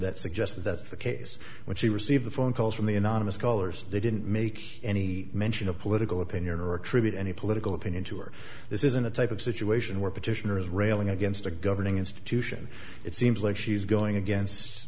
that suggests that the case when she received the phone calls from the anonymous callers they didn't make any mention of political opinion or attribute any political opinion to her this isn't the type of situation where petitioners railing against a governing institution it seems like she's going against